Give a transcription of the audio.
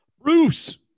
bruce